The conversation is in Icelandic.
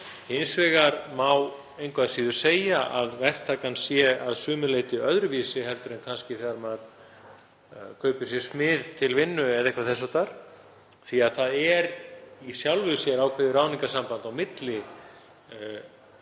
Hins vegar má engu að síður segja að verktakan sé að sumu leyti öðruvísi en kannski þegar maður kaupir sér smið til vinnu eða eitthvað þess háttar því að það er í sjálfu sér ákveðið ráðningarsamband á milli þess